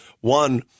One